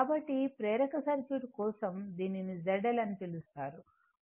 కాబట్టి ప్రేరక సర్క్యూట్ కోసం దీనిని Z L అని పిలుస్తారు అంటే Z L